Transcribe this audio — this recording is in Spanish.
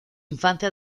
infancia